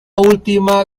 última